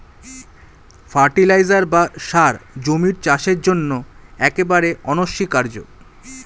fertiliser বা সার জমির চাষের জন্য একেবারে অনস্বীকার্য